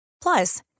Plus